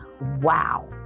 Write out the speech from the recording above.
Wow